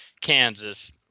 Kansas